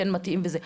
כן מתאים וזה,